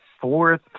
fourth